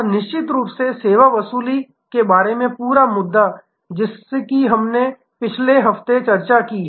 और निश्चित रूप से सेवा वसूली के बारे में पूरा मुद्दा जिसकी हमने पिछले हफ्ते चर्चा की